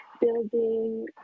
building